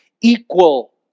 equal